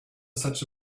such